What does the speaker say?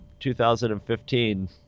2015